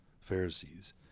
Pharisees